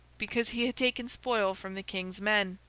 because he had taken spoil from the king's men.